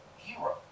Hero